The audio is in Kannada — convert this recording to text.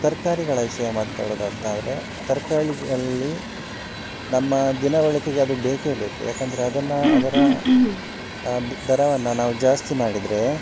ತರಕಾರಿಗಳ ವಿಷಯ ಮಾತಾಡೋದಂತಾದ್ರೆ ತರಕಾರಿಯಲ್ಲಿ ನಮ್ಮ ದಿನ ಬಳಕೆಗೆ ಅದು ಬೇಕೇ ಬೇಕು ಯಾಕೆಂದ್ರೆ ಅದನ್ನು ಅದರ ದರವನ್ನು ನಾವು ಜಾಸ್ತಿ ಮಾಡಿದರೆ